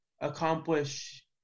accomplish